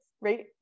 right